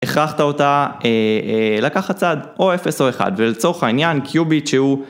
הכרחת אותה לקחת צעד או 0 או 1 ולצורך העניין קיוביט שהוא